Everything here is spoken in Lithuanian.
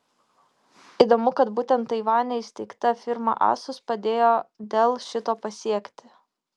įdomu kad būtent taivane įsteigta firma asus padėjo dell šito pasiekti